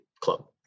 club